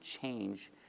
change